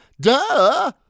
duh